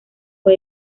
fue